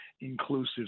inclusive